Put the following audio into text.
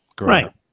Right